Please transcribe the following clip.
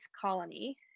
colony